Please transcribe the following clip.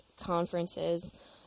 conferences